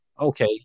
Okay